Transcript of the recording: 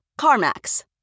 CarMax